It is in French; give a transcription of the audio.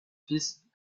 fils